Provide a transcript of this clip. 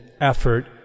effort